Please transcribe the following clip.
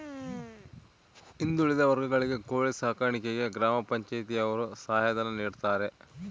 ಹಿಂದುಳಿದ ವರ್ಗಗಳಿಗೆ ಕೋಳಿ ಸಾಕಾಣಿಕೆಗೆ ಗ್ರಾಮ ಪಂಚಾಯ್ತಿ ಯವರು ಸಹಾಯ ಧನ ನೀಡ್ತಾರೆ